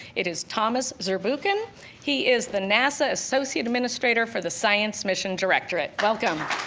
it is thomas zurbuchen he is the nasa associate administrator for the science mission directorate. welcome.